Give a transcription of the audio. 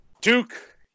Duke